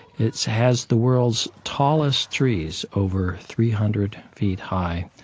it has the world's tallest trees, over three hundred feet high,